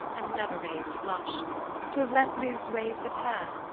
and never raised a blush to have let loose waves of hair,